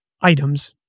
items